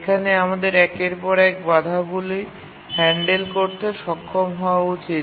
এখানে আমাদের একের পর এক বাধাগুলি হ্যান্ডেল করতে সক্ষম হওয়া উচিত